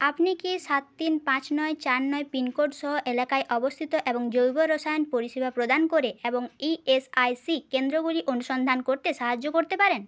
আপনি কি সাত তিন পাঁচ নয় চার নয় পিন কোড সহ এলাকায় অবস্থিত এবং জৈব রসায়ন পরিষেবা প্রদান করে এবং ইএসআইসি কেন্দ্রগুলি অনুসন্ধান করতে সাহায্য করতে পারেন